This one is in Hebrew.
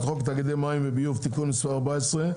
חוק תאגידי מים וביוב (תיקון מס 14)